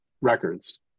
records